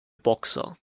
boxer